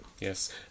yes